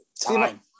time